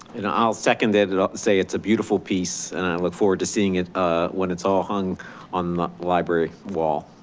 and i'll second it and i'll say it's a beautiful piece and i look forward to seeing it ah when it's all hung on library wall.